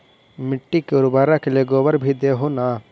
मिट्टी के उर्बरक के लिये गोबर भी दे हो न?